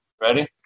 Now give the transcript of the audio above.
Ready